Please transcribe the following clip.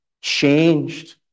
changed